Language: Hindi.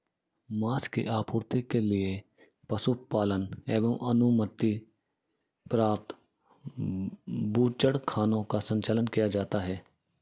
माँस की आपूर्ति के लिए पशुपालन एवं अनुमति प्राप्त बूचड़खानों का संचालन किया जाता है